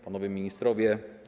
Panowie Ministrowie!